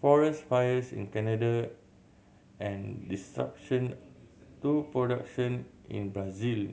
forest fires in Canada and to production in Brazil